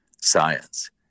science